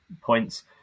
points